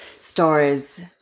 Stories